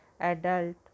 adult